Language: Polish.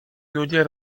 ludzie